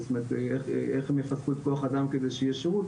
איך הם יחזקו את כוח האדם כדי שיהיה שירות,